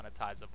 monetizable